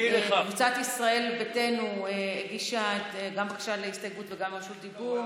קבוצת ישראל ביתנו הגישה גם בקשה להסתייגות וגם לרשות דיבור.